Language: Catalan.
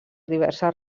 diverses